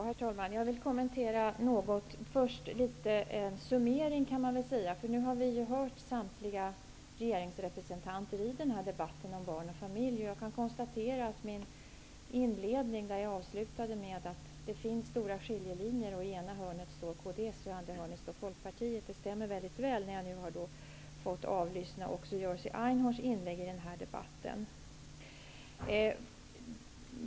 Herr talman! Jag vill göra några kommentarer. Nu har vi hört samtliga regeringsrepresentanter i denna debatt. Jag kan konstatera att min inledning stämde, där jag avslutade med att det finns stora skiljelinjer. I ena hörnet står kds och i andra hörnet Folkpartiet. Sedan jag fått avlyssna Jerzy Einhorns inlägg i denna debatt kan jag konstatera att det omdömet står sig.